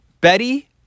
Betty